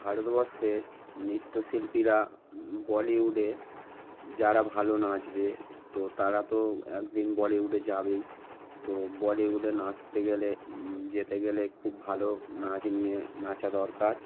ভারতবর্ষের নৃত্যশিল্পীরা বলিউডে যারা ভালো নাচবে তো তারা তো এক দিন বলিউডে যাবেই তো বলিউডে নাচতে গেলে যেতে গেলে খুব ভালো নাচ নিয়ে নাচা দরকার